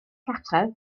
cartref